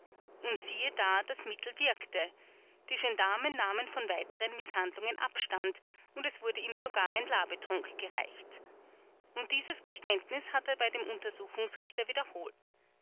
und siehe da das mittel wirkte die gendarmen nahmen von weiteren mißhandlungen abstand und es wurde ihm sogar ein labetrunk gereicht und dieses geständnis hat er bei dem untersuchungsrichter wiederholt